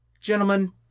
gentlemen